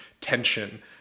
tension